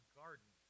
garden